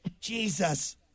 Jesus